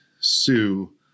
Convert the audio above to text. Sue